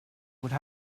would